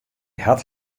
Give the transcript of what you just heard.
hat